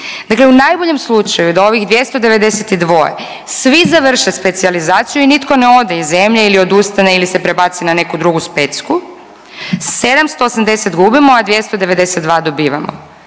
Dakle u najboljem slučaju da ovih 292 svi završe specijalizaciju i nitko ne ode iz zemlje ili odustane ili se prebaci na neku drugu specku, 780 gubimo, a 292 dobivamo.